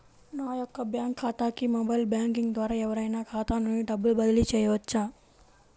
నా యొక్క బ్యాంక్ ఖాతాకి మొబైల్ బ్యాంకింగ్ ద్వారా ఎవరైనా ఖాతా నుండి డబ్బు బదిలీ చేయవచ్చా?